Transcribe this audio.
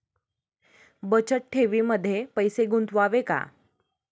बचत ठेवीमध्ये पैसे गुंतवावे का?